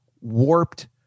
warped